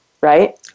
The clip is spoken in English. right